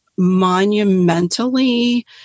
Monumentally